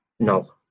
No